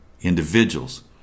individuals